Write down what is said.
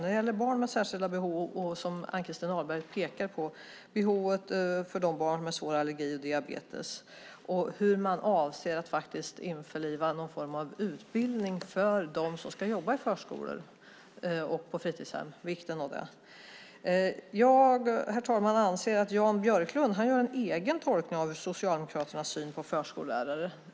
När det gäller barn med särskilda behov, barn med svår allergi och diabetes, pekar Ann-Christin Ahlberg på vikten av att införa någon form av utbildning för dem som ska jobba i förskolor och på fritidshem. Herr talman! Jag anser att Jan Björklund gör en egen tolkning av Socialdemokraternas syn på förskollärare.